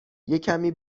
یکمی